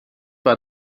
war